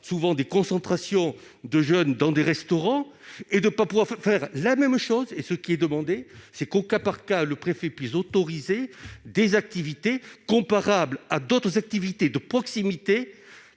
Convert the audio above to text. de voir des concentrations de jeunes dans des restaurants et de ne pas pouvoir faire la même chose. Aussi, ce qui est demandé ici, c'est que, au cas par cas, le préfet puisse autoriser des activités comparables à d'autres activités de proximité